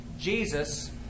Jesus